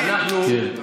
בפלילים.